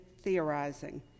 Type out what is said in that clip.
theorizing